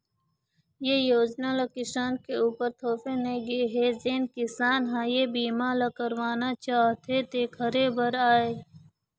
ए योजना ल किसान के उपर थोपे नइ गे हे जेन किसान ह ए बीमा ल करवाना चाहथे तेखरे बर आय